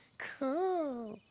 cool.